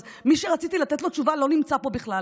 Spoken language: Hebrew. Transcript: אז מי שרציתי לתת לו תשובה לא נמצא פה בכלל,